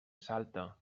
salta